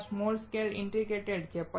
ત્યાં small scale integration છે